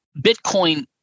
Bitcoin